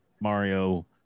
Mario